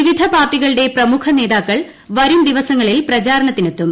വിവിധ പാർട്ടിക്കളുടെ പ്രമുഖ നേതാക്കൾ വരും ദിവസങ്ങളിൽ പ്രിച്ചാരണത്തിനെത്തും